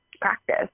practice